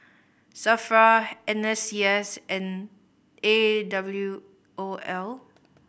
SAFRA N S C S and A W O L